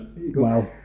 Wow